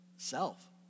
Self